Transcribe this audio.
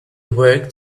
worked